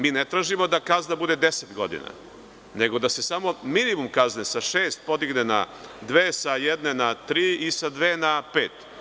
Mi ne tražimo da kazna bude 10 godina, nego da se samo minimum kazne sa šest podigne na dve, sa jedne na tri i sa dve na pet.